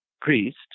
priest